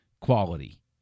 quality